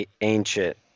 ancient